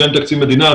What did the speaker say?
כאשר אין תקציב מדינה,